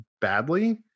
badly